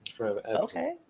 Okay